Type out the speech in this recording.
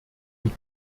die